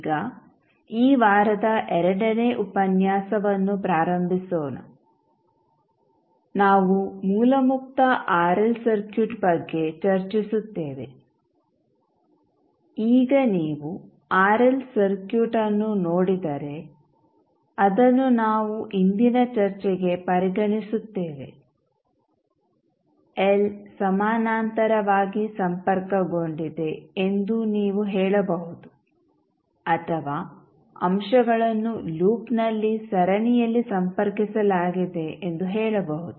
ಈಗ ಈ ವಾರದ ಎರಡನೇ ಉಪನ್ಯಾಸವನ್ನು ಪ್ರಾರಂಭಿಸೋಣ ನಾವು ಮೂಲ ಮುಕ್ತ ಆರ್ಎಲ್ ಸರ್ಕ್ಯೂಟ್ ಬಗ್ಗೆ ಚರ್ಚಿಸುತ್ತೇವೆ ಈಗ ನೀವು ಆರ್ಎಲ್ ಸರ್ಕ್ಯೂಟ್ ಅನ್ನು ನೋಡಿದರೆ ಅದನ್ನು ನಾವು ಇಂದಿನ ಚರ್ಚೆಗೆ ಪರಿಗಣಿಸುತ್ತೇವೆ ಎಲ್ ಸಮಾನಾಂತರವಾಗಿ ಸಂಪರ್ಕಗೊಂಡಿದೆ ಎಂದು ನೀವು ಹೇಳಬಹುದು ಅಥವಾ ಅಂಶಗಳನ್ನು ಲೂಪ್ನಲ್ಲಿ ಸರಣಿಯಲ್ಲಿ ಸಂಪರ್ಕಿಸಲಾಗಿದೆ ಎಂದು ಹೇಳಬಹುದು